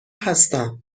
هستم